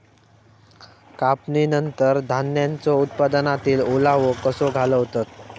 कापणीनंतर धान्यांचो उत्पादनातील ओलावो कसो घालवतत?